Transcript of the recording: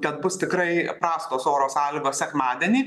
ten bus tikrai prastos oro sąlygos sekmadienį